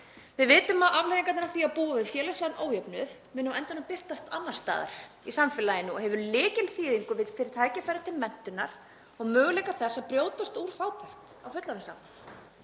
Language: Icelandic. Við vitum að afleiðingarnar af því að búa við félagslegan ójöfnuð munu á endanum birtist annars staðar í samfélaginu og hafa lykilþýðingu fyrir tækifæri til menntunar og möguleika á því að brjótast út úr fátækt á fullorðinsárum.